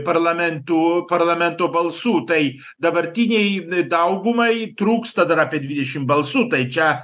parlamentų parlamento balsų tai dabartinėj daugumai trūksta dar apie dvidešimt balsų tai čia